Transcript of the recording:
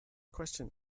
question